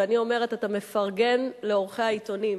ואני אומרת: אתה מפרגן לעורכי העיתונים,